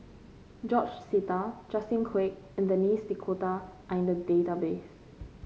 George Sita Justin Quek and Denis D'Cotta are in the database